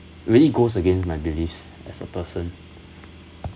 really goes against my beliefs as a person